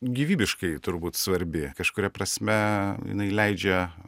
gyvybiškai turbūt svarbi kažkuria prasme jinai leidžia